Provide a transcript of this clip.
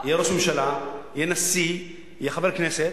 יהיה ראש ממשלה, יהיה נשיא, יהיה חבר כנסת,